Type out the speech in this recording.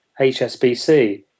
HSBC